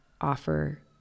offer